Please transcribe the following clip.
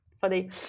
funny